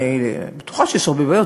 אני בטוחה שיש הרבה בעיות,